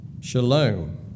Shalom